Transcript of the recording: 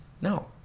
No